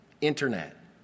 internet